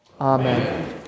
Amen